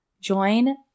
join